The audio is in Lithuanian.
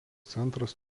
centras